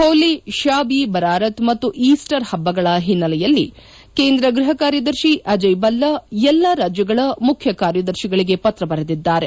ಹೋಲಿ ಶಾಬ್ ಇ ಬಾರರತ್ ಮತ್ತು ಈಸ್ಸರ್ ಪಬ್ಲಗಳ ಒನ್ನೆಲೆಯಲ್ಲಿ ಕೇಂದ್ರ ಗೃಹ ಕಾರ್ಯದರ್ಶಿ ಅಜೇಯ್ ಬಲ್ಲಾ ಎಲ್ಲಾ ರಾಜ್ಯಗಳ ಮುಖ್ಯ ಕಾರ್ಯದರ್ಶಿಗಳಿಗೆ ಪತ್ರ ಬರೆದಿದ್ದಾರೆ